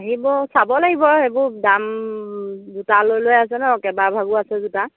আহিব চাব লাগিব সেইবোৰ দাম জোতা লৈ লৈ আছে ন কেইবা ভাগো আছে জোতা